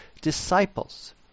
disciples